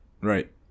Right